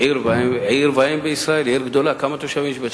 עיר ואם בישראל, עיר גדולה, כמה תושבים יש שם?